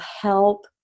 help